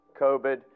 COVID